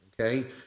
okay